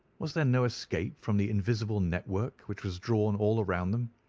was there no escape from the invisible network which was drawn all round them.